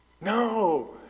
No